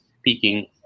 speaking